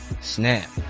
Snap